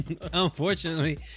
Unfortunately